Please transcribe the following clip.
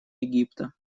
египта